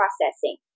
processing